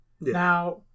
Now